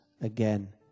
again